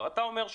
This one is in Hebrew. אתה אומר,